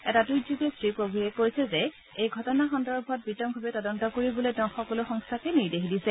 এটা টুইটযোগে শ্ৰীপ্ৰভূৱে কছে যে এই ঘটনা সন্দৰ্ভত বিতংভাবে তদন্ত কৰিবলৈ তেওঁ সকলো সংস্থাকে নিৰ্দেশ দিছে